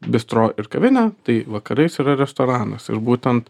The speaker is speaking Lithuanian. bistro ir kavinę tai vakarais yra restoranas ir būtent